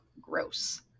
gross